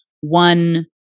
one